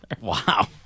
Wow